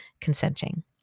consenting